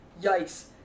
yikes